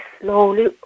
slowly